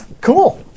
Cool